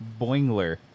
Boingler